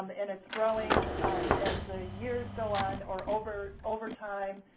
um and it's growing as the years go on or over over time,